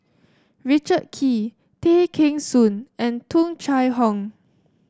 Richard Kee Tay Kheng Soon and Tung Chye Hong